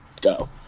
go